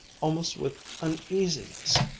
almost with uneasiness.